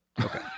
Okay